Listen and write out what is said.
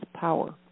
power